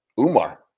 Umar